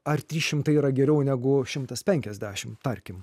ar trys šimtai yra geriau negu šimtas penkiasdešimt tarkim